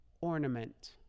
ornament